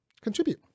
contribute